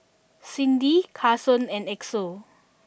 Cindi Carson and Axel